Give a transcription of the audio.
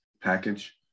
package